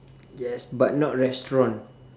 yes but not restaurant